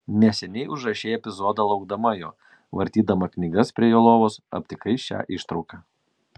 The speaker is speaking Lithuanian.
neseniai užrašei epizodą laukdama jo vartydama knygas prie jo lovos aptikai šią ištrauką